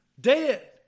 dead